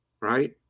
right